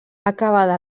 acabada